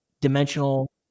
dimensional